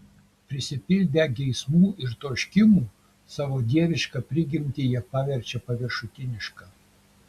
prisipildę geismų ir troškimų savo dievišką prigimtį jie paverčia paviršutiniška